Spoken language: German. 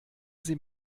sie